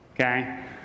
Okay